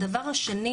הדבר השני,